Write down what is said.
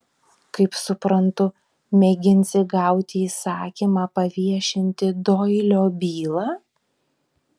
kaip suprantu mėginsi gauti įsakymą paviešinti doilio bylą